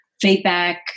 feedback